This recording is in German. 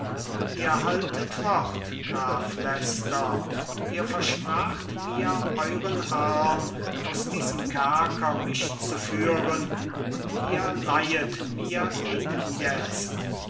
ihr haltet wort graf leicester ihr verspracht mir euren arm aus diesem kerker mich zu führen und ihr leihet mir ihn jetzt